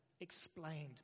explained